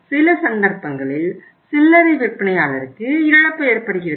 சில சந்தர்ப்பங்களில் சில்லறை விற்பனையாளருக்கு இழப்பு ஏற்படுகிறது